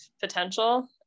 potential